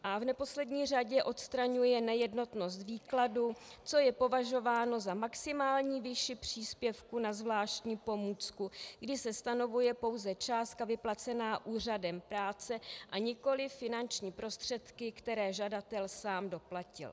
A v neposlední řadě odstraňuje nejednotnost výkladu, co je považováno za maximální výši příspěvku na zvláštní pomůcku, kdy se stanovuje pouze částka vyplacená úřadem práce a nikoliv finanční prostředky, které žadatel sám doplatil.